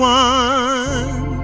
one